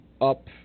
up